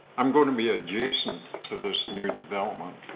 i'm going to be adjacent to this new development,